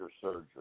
surgery